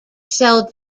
sell